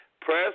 press